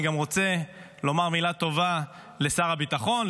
אני גם רוצה לומר מילה טובה לשר הביטחון,